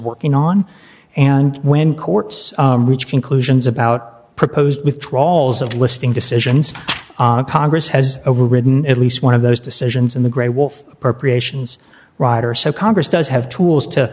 working on and when courts reach conclusions about proposed with trawls of listing decisions congress has overridden at least one of those decisions in the grey wolf appropriations rider so congress does have tools to